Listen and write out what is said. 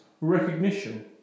recognition